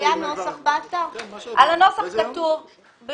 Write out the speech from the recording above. באתר היה נוסח.